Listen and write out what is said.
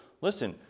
Listen